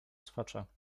słuchacza